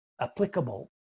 applicable